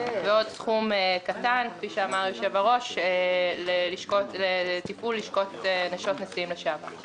ויש עוד סכום קטן לטיפול בלשכות נשות נשיאים לשעבר.